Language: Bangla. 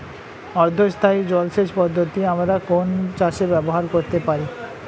অর্ধ স্থায়ী জলসেচ পদ্ধতি আমরা কোন চাষে ব্যবহার করতে পারি?